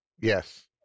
Yes